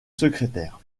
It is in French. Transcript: secrétaire